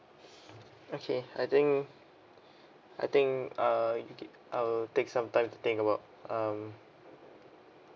okay I think I think uh okay I will take some time to think about um